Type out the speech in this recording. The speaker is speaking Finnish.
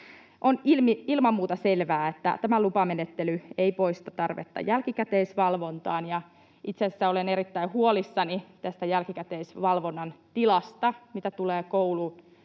On ilman muuta selvää, että tämä lupamenettely ei poista tarvetta jälkikäteisvalvontaan, ja itse asiassa olen erittäin huolissani tästä jälkikäteisvalvonnan tilasta, mitä tulee